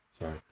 sorry